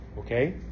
Okay